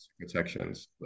protections